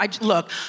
look